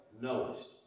knowest